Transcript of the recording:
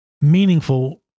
meaningful